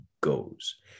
goes